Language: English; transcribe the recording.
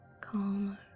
calmer